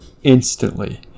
Instantly